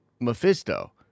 Mephisto